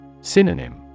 Synonym